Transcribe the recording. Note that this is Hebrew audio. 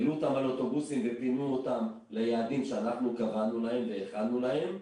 העלו אותם על אוטובוסים ופינו אותם ליעדים שאנחנו קבענו להם והכנו להם.